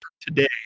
today